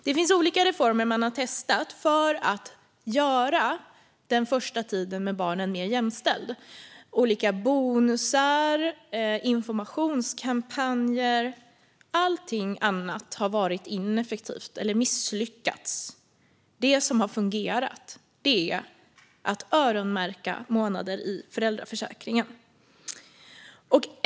Det finns olika reformer man har testat för att göra den första tiden med barnen mer jämställd - bonusar, informationskampanjer - men allting annat har varit ineffektivt eller misslyckats. Det som har fungerat är att öronmärka månader i föräldraförsäkringen.